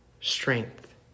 strength